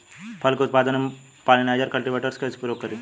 फल के उत्पादन मे पॉलिनाइजर कल्टीवर्स के कइसे प्रयोग करी?